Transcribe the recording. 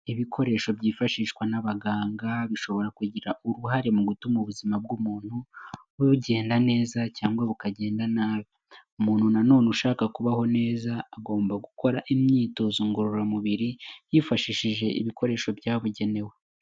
Ibikoresho byifashishwa n'abaganga, bishobora kugira uruhare mu gutuma ubuzima bw'umuntu bugenda neza cyangwa bukagenda nabi. Umuntu nanone ushaka kubaho neza, agomba gukora imyitozo ngororamubiri, yifashishije ibikoresho byabugenewe.